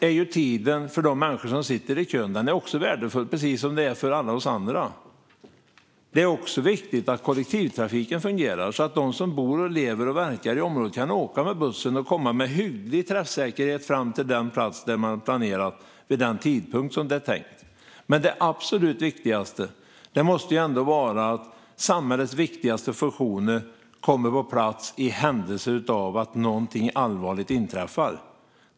Tiden för de människor som sitter i kön är värdefull, precis som för alla oss andra. Det är också viktigt att kollektivtrafik fungerar så att de som bor, lever och verkar i området kan åka med bussen och med hygglig träffsäkerhet komma fram till den plats de planerat att komma till vid den tänkta tidpunkten. Men det absolut viktigaste måste ändå vara att samhällets viktigaste funktioner kommer på plats i händelse av att någonting allvarligt inträffar.